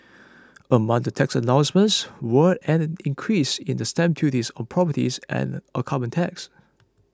among the tax announcements were an increase in the stamp duties on property and a carbon tax